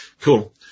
cool